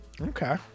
Okay